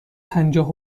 پنجاه